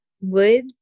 wood